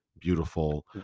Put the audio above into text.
beautiful